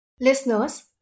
Listeners